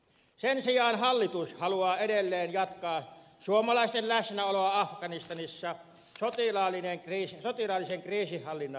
sen sijaan hallitus haluaa edelleen jatkaa suomalaisten läsnäoloa afganistanissa sotilaallisen kriisinhallinnan nimissä